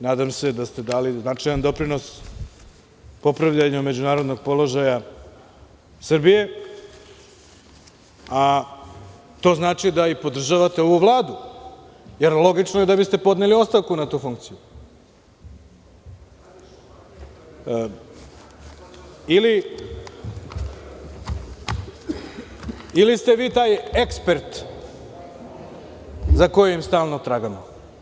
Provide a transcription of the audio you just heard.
Nadam se da ste dali značajan doprinos popravljanju međunarodnog položaja Srbije, a to znači da podržavate i ovu Vladu, jer logično je da biste podneli ostavku na tu funkciju, ili ste vi taj ekspert za kojim stalno tragamo.